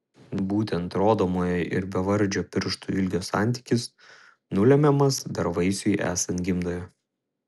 būtent rodomojo ir bevardžio pirštų ilgio santykis nulemiamas dar vaisiui esant gimdoje